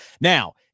Now